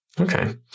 Okay